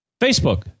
Facebook